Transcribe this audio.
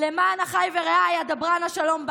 "למען אחי ורעי אדברה נא שלום בך".